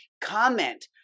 comment